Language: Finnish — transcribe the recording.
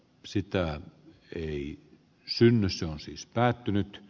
sitä ei synny se on siis päättynyt